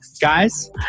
Guys